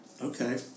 Okay